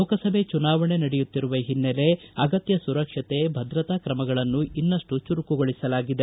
ಲೋಕಸಭೆ ಚುನಾವಣೆ ನಡೆಯುತ್ತಿರುವ ಹಿನ್ನೆಲೆ ಅಗತ್ಯ ಸುರಕ್ಷತೆ ಭದ್ರತಾ ಕ್ರಮಗಳನ್ನು ಇನ್ನಷ್ಟು ಚುರುಕುಗೊಳಿಸಲಾಗಿದೆ